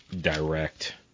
direct